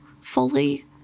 fully